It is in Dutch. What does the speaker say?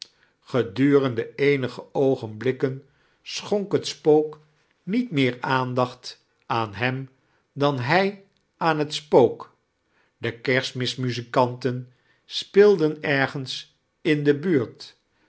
gedurende eendge oiogenbiikken schonk het spook met meer aandacht aan hem dan hij aan het spook de kersitmismuzikanten speelden ergens in de buurt